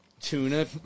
tuna